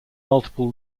multiple